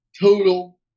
total